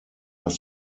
was